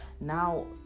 Now